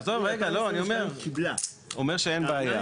עזוב, רגע, אני אומר שאין בעיה.